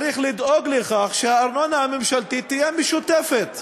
צריך לדאוג לכך שהארנונה הממשלתית תהיה משותפת.